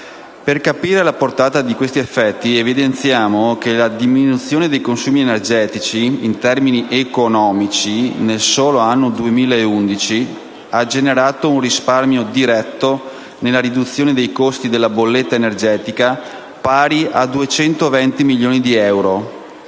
Per capire la portata di questi effetti evidenziamo che la diminuzione dei consumi energetici in termini economici, nel solo anno 2011, ha generato un risparmio diretto nella riduzione dei costi della bolletta energetica pari a 220 milioni di euro,